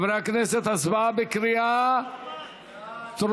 חברי הכנסת, הצבעה בקריאה טרומית.